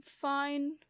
fine